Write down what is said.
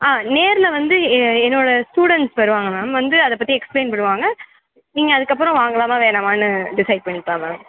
ஆ நேரில் வந்து ஏ என்னோடய ஸ்டூடென்ட்ஸ் வருவாங்க மேம் வந்து அதை பற்றி எக்ஸ்ப்ளைன் பண்ணுவாங்க நீங்கள் அதுக்கப்புறம் வாங்கலாமா வேணாமான்னு டிசைட் பண்ணிக்கலாம் மேம்